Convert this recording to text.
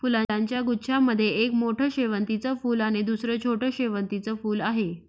फुलांच्या गुच्छा मध्ये एक मोठं शेवंतीचं फूल आणि दुसर छोटं शेवंतीचं फुल आहे